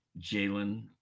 Jalen